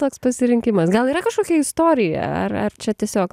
toks pasirinkimas gal yra kažkokia istorija ar ar čia tiesiog